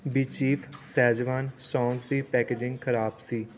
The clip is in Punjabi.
ਬੀਚੀਫ਼ ਸੈਜ਼ਵਾਨ ਸੌਂਸ ਦੀ ਪੈਕੇਜਿੰਗ ਖਰਾਬ ਸੀ